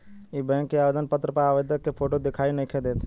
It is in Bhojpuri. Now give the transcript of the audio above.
इ बैक के आवेदन पत्र पर आवेदक के फोटो दिखाई नइखे देत